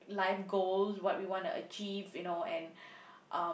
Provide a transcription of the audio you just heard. life goals what we want to achieve you know and um